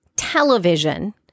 Television